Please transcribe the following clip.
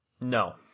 No